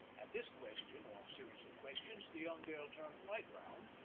at this question, or series of questions, the young girl turned quite round,